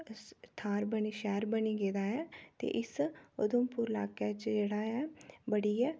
थाह्र बनी शैह्र बनी गेदा ऐ ते इस उधमपुर लाके च जेह्ड़ा ऐ बड़ी गै तरक्की होई गेदी ऐ